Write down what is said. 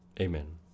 Amen